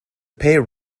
pair